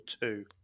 two